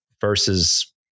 versus